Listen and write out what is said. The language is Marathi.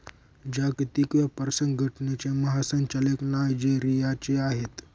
जागतिक व्यापार संघटनेचे महासंचालक नायजेरियाचे आहेत